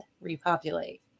repopulate